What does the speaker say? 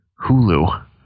Hulu